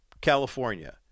California